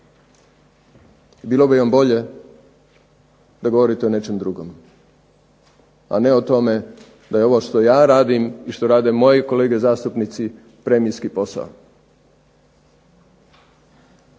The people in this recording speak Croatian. Bilo bi vam bolje da govorite o nečem drugom, a ne o tome da je ovo što ja radim i što rade moji kolege zastupnici premijski posao,